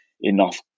enough